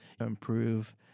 improve